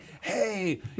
Hey